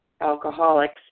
alcoholics